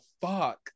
fuck